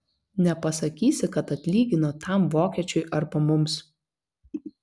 nepasakysi kad atlygino tam vokiečiui arba mums